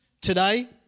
today